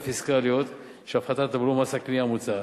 הפיסקליות של הפחתת הבלו ומס הקנייה המוצעת.